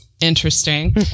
Interesting